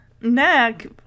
neck